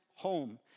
home